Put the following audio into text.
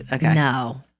no